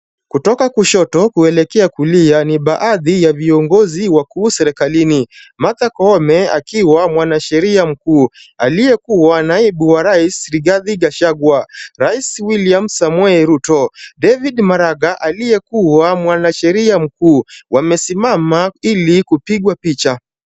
Kutoka kushoto kuelekea kulia ni baadhi ya viongozi wakuu serikalini. Martha Koome akiwa mwanasheria mkuu, aliyekuwa naibu wa rais wa Rigathi Gachagua, Rais William Samoei Ruto, David Maraga aliyekuwa mwanasheria mkuu. Wamesimama ili kupigwa picha.